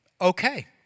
okay